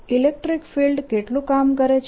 electric field કેટલું કામ કરે છે